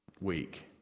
week